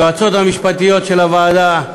היועצות המשפטיות של הוועדה,